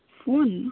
phone